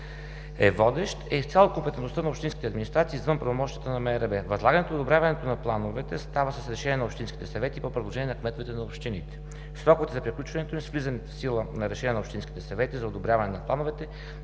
е водещ, е изцяло в компетентността на общинските администрации и извън правомощията на МРРБ. Възлагането и одобряването на плановете става с решение на общинските съвети по предложение на кметовете на общините. Сроковете за приключването им са с влизането в сила на решение на общинските съвети за одобряване на плановете,